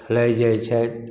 खेलाइ जाइत छथि